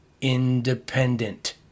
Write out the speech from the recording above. independent